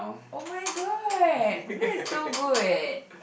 oh-my-god that is so good